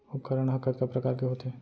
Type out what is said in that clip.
उपकरण हा कतका प्रकार के होथे?